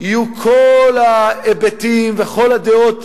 יהיו כל ההיבטים וכל הדעות,